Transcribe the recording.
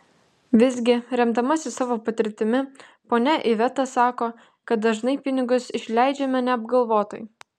visgi remdamasi savo patirtimi ponia iveta sako kad dažnai pinigus išleidžiame neapgalvotai